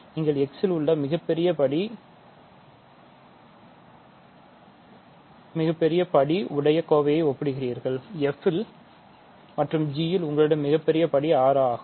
நீங்கள் x இல் உள்ள மிகப் பெரிய படி உடைய கோவைகளை ஒப்பிடுகிறீர்கள் f ல் மற்றும் g ல் உங்களிடம் உள்ள மிகப்பெரிய படி 6 ஆகும்